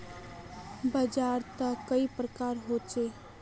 बाजार त कई प्रकार होचे?